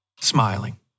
smiling